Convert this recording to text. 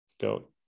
Go